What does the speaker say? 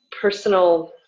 personal –